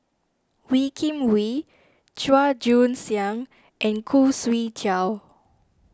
Wee Kim Wee Chua Joon Siang and Khoo Swee Chiow